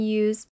use